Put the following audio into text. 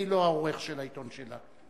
אני לא העורך של העיתון שלה.